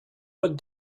what